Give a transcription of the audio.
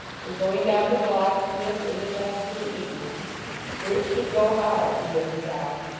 and going down to the locksmith's in the dusk of the evening for it should go hard, he had resolved,